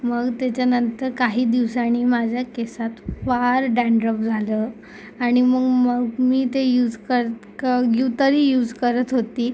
मग त्याच्यानंतर काही दिवसांनी माझ्या केसात फार डॅन्डरफ झालं आणि मग मग मी ते यूज कर कग्यू तरी यूज करत होती